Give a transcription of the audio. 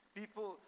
people